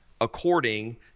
according